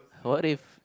what if